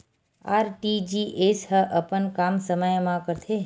RTGS ह अपन काम समय मा करथे?